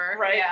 Right